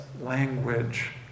language